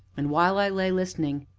and while i lay listening,